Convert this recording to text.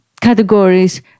categories